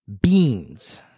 beans